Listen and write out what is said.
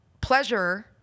Pleasure